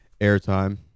airtime